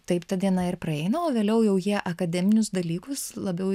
taip ta diena ir praeina o vėliau jau jie akademinius dalykus labiau